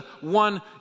one